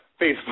Facebook